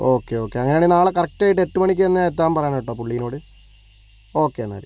okay okay അങ്ങനെയാണെങ്കിൽ നാളെ കറക്റ്റായിട്ട് എട്ടുമണിക്കുതന്നെ എത്താൻ പറയണം കേട്ടൊ പുള്ളിയോട് ഓക്കെ എന്നാൽ